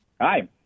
Hi